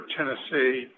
Tennessee